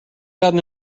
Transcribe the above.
got